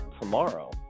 tomorrow